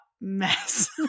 mess